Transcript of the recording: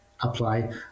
apply